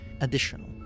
Additional